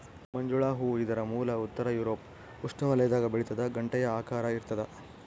ಮಂಜುಳ ಹೂ ಇದರ ಮೂಲ ಉತ್ತರ ಯೂರೋಪ್ ಉಷ್ಣವಲಯದಾಗ ಬೆಳಿತಾದ ಗಂಟೆಯ ಆಕಾರ ಇರ್ತಾದ